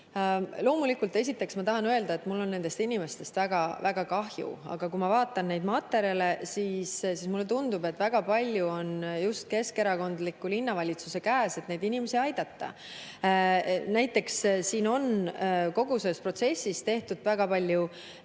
Loomulikult, esiteks ma tahan öelda, et mul on nendest inimestest väga-väga kahju. Aga kui ma vaatan neid materjale, siis mulle tundub, et väga palju on just keskerakondliku linnavalitsuse käes, kuidas neid inimesi aidata. Näiteks on kogu selles protsessis tehtud väga palju